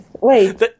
Wait